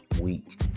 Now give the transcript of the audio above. week